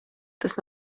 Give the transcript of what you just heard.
tas